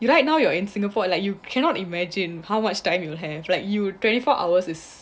you right now you're in singapore like you cannot imagine how much time you have like you twenty four hours is